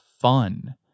fun